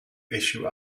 issue